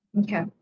Okay